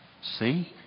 See